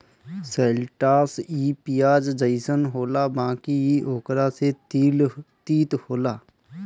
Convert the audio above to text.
शैलटस इ पियाज जइसन होला बाकि इ ओकरो से तीत होला